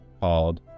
called